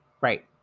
right